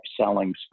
selling